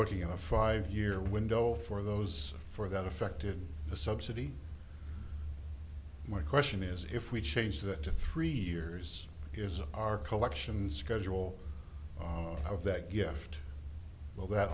looking at a five year window for those for that affected the subsidy my question is if we change that to three years is our collections schedule of that gift